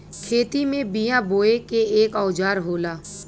खेती में बिया बोये के एक औजार होला